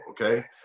Okay